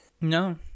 No